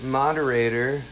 moderator